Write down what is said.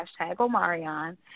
Omarion